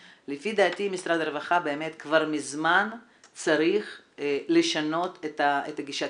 לפי דעתי משרד הרווחה כבר מזמן צריך היה לשנות את הגישה.